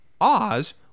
Oz